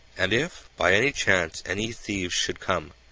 and if, by any chance, any thieves should come,